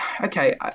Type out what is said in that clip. okay